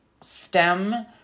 stem